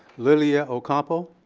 lilia ocampo.